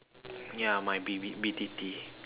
ya might be b~ B_T_T